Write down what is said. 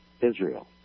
Israel